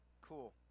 cool